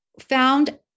found